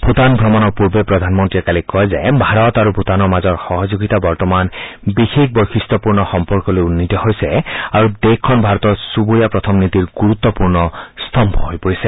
ভূটান ভ্ৰমণৰ পূৰ্বে প্ৰধানমন্ত্ৰীৰে কালি কয় যে ভাৰত আৰু ভূটানৰ মাজৰ সহযোগিতা বৰ্তমান বিশেষ বৈশিষ্টপূৰ্ণ সম্পৰ্কলৈ উন্নীত হৈছে আৰু দেশখন ভাৰতৰ চুবুৰীয়া প্ৰথম নীতিৰ গুৰুত্বপূৰ্ণ স্তম্ভ হৈ পৰিছে